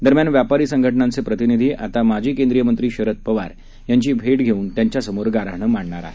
दरम्यान व्यापारी संघटनांचे प्रतिनिधी आता माजी केंद्रीय मंत्री शरद पवार यांची भेट घेऊन त्यांच्यासमोर गाऱ्हाणे मांडणार आहेत